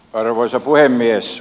arvoisa puhemies